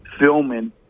filming